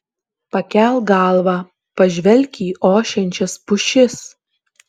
pakelk galvą pažvelk į ošiančias pušis